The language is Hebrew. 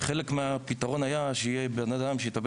אני חושב שחלק מהפתרון היה שיהיה בן אדם שיטפל